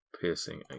piercing